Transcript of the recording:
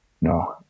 No